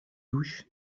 douche